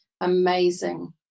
amazing